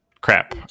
Crap